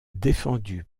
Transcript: défendu